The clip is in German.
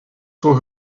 zur